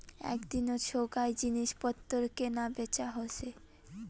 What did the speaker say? এক দিনত সোগায় জিনিস পত্তর কেনা বেচা হসে